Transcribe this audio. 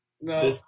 no